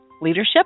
leadership